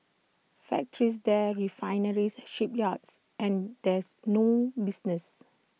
factories there refineries shipyards and there's no business